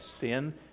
Sin